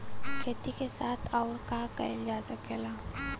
खेती के साथ अउर का कइल जा सकेला?